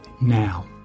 now